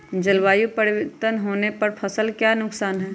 जलवायु परिवर्तन होने पर फसल का क्या नुकसान है?